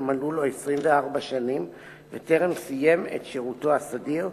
מלאו לו 24 שנים וטרם סיים את שירותו הסדיר,